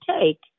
take